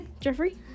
Jeffrey